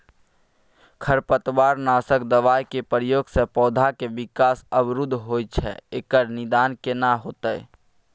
खरपतवार नासक दबाय के प्रयोग स पौधा के विकास अवरुध होय छैय एकर निदान केना होतय?